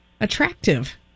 attractive